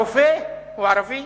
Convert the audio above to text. הרופא הוא ערבי,